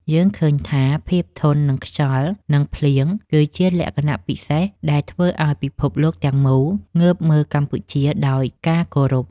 យើងឃើញថាភាពធន់នឹងខ្យល់ និង ភ្លៀងគឺជាលក្ខណៈពិសេសដែលធ្វើឱ្យពិភពលោកទាំងមូលងើបមើលកម្ពុជាដោយការគោរព។